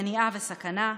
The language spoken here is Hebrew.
מניעה וסכנה,